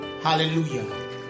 Hallelujah